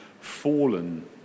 fallen